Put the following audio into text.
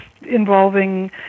involving